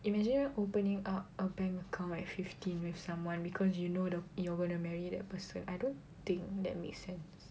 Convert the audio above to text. imagine opening up a bank account like fifteen with someone cause you know the you're gonna marry that person I don't think that make sense